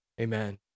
Amen